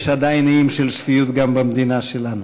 יש עדיין איים של שפיות גם במדינה שלנו.